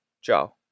ciao